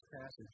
passage